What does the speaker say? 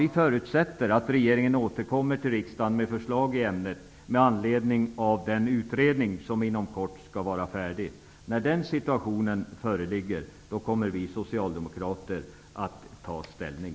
Vi förutsätter att regeringen återkommer till riksdagen med förslag i ämnet med anledning av den utredning som inom kort skall vara färdig. När den situationen föreligger kommer vi socialdemokrater att ta ställning.